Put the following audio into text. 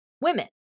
women